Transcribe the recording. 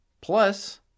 Plus